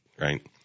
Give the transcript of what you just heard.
Right